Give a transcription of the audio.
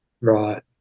right